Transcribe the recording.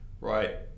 right